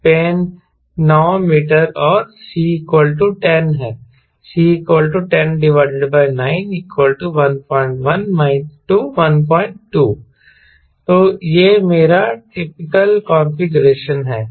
span 9 metre और c 10 है c10911 12 तो यह मेरा टिपिकल कॉन्फ़िगरेशन है